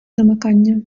замикання